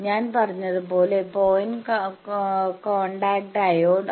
ഞാൻ പറഞ്ഞതുപോലെ point contact diode